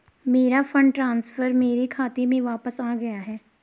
मेरा fund transfer मेरे खाते में वापस आ गया है